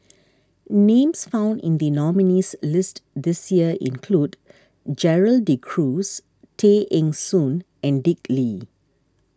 names found in the nominees' list this year include Gerald De Cruz Tay Eng Soon and Dick Lee